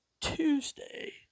Tuesday